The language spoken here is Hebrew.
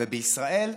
ובישראל,